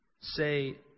Say